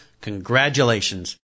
congratulations